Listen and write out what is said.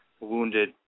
wounded